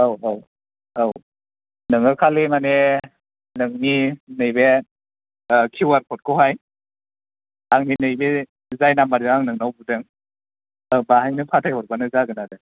औ औ औ नोङो खालि माने नोंनि नैबे ओ किउ आर क'ड खौहाय आंनि नैबे जाय नाम्बारजों आं नोंनाव बुदों बाहायनो फाथाय हरबानो जागोन आरो